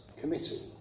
committee